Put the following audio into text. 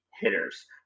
hitters